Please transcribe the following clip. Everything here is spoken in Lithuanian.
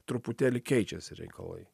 truputėlį keičiasi reikalai